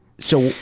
so,